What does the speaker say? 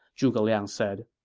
zhuge liang said